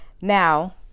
Now